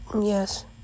Yes